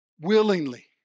willingly